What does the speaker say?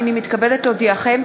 הנני מתכבדת להודיעכם,